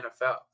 NFL